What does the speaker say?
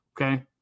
Okay